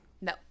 No